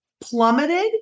plummeted